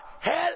hell